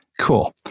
cool